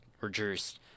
reduced –